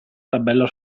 tabella